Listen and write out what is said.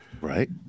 Right